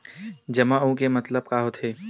जमा आऊ के मतलब का होथे?